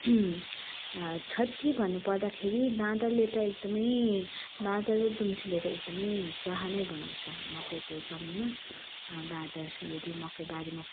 क्षति भन्नु पर्दाखेरि बाँदरले त एकदमै बाँदर र दुम्सीले त एकदमै स्वाहा नै बनाउँछ मकैको समयमा बाँदर यदि मकैबारीमा